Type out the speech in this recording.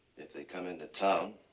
if they come into town.